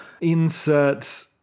insert